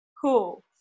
cool